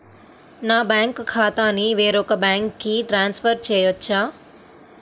నా బ్యాంక్ ఖాతాని వేరొక బ్యాంక్కి ట్రాన్స్ఫర్ చేయొచ్చా?